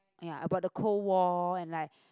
ya about the cold war and like